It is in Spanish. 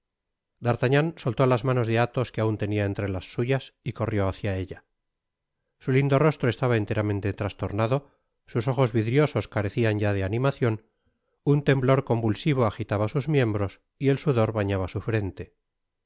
d'artagnan soltó las manos de athos que aun lenia entre las suyas y corrió hacia ella su lindo rostro estaba enteramente trastornado sus ojos vidriosos carecian ya de animacion un temblor convulsivo agitaba sus miembros y el sudor bailaba su frente